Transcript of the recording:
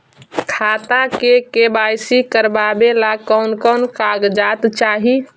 खाता के के.वाई.सी करावेला कौन कौन कागजात चाही?